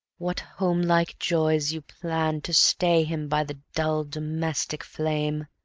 what homelike joys you planned to stay him by the dull domestic flame!